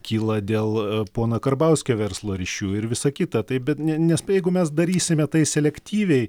kyla dėl pono karbauskio verslo ryšių ir visa kita taip bet ne nes jeigu mes darysime tai selektyviai